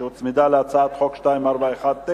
שהוצמדה להצעת חוק פ/2419,